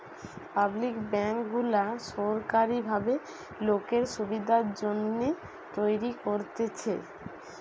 public bank গুলা সোরকারী ভাবে লোকের সুবিধার জন্যে তৈরী করতেছে